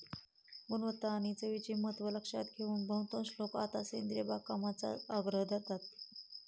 गुणवत्ता आणि चवीचे महत्त्व लक्षात घेऊन बहुतांश लोक आता सेंद्रिय बागकामाचा आग्रह धरतात